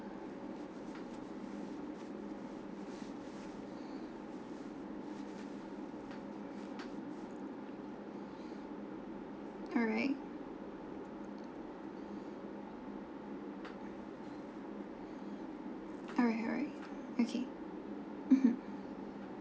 alright alright alright okay mmhmm